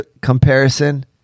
comparison